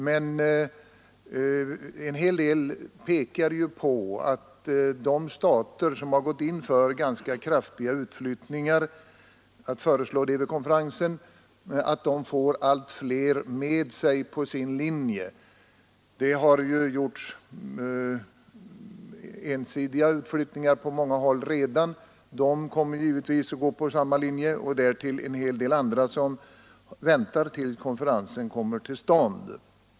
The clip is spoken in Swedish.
Men en hel del pekar på att de stater som gått in för att vid konferensen föreslå ganska kraftiga utflyttningar av fiskegränserna får allt fler med sig på sin linje. Det har redan gjorts ensidiga utflyttningar på många håll. De som gjort sådana kommer givetvis att stödja den linjen, och därtill kommer en hel del andra som väntar till dess konferensen kommer till stånd.